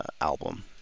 album